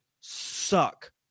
suck